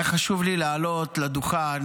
היה חשוב לי לעלות לדוכן.